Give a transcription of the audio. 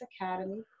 Academy